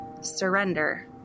Surrender